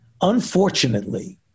unfortunately